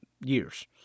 years